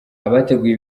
abateguye